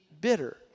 bitter